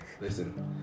Listen